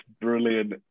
brilliant